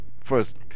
first